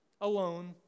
alone